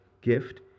gift